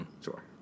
Sure